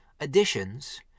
additions